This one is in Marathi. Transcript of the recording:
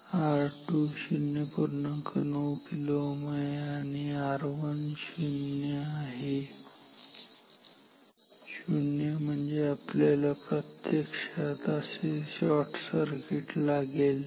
9 kΩ आहे आणि R1 0 0 Ω आहे 0 Ω म्हणजे आपल्याला प्रत्यक्षात असे शॉर्टसर्किट लागेल